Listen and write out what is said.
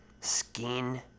skin